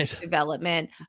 development